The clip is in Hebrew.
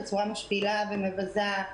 בצורה משפילה ומבזה,